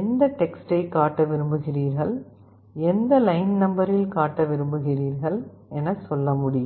எந்த டெக்ஸ்ட்டைக் காட்ட விரும்புகிறீர்கள் எந்த லைன் நம்பரில் காட்ட விரும்புகிறீர்கள் என சொல்ல முடியும்